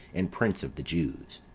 and prince of the jews.